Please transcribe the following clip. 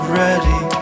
ready